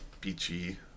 beachy